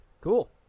Cool